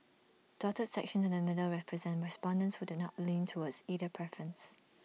dotted sections in the middle represent respondents who did not lean towards either preference